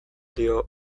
dio